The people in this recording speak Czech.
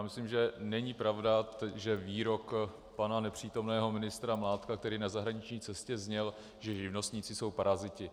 Myslím, že není pravda, že výrok pana nepřítomného ministra Mládka, který je na zahraniční cestě, zněl, že živnostníci jsou paraziti.